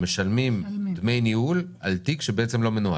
משלמים דמי ניהול על תיק שבעצם לא מנוהל.